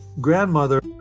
Grandmother